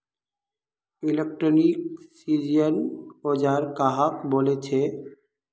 Electrician औजार कहाक बोले छे?